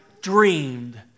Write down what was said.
dreamed